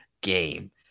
game